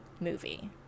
movie